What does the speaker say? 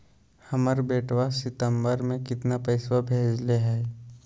हमर बेटवा सितंबरा में कितना पैसवा भेजले हई?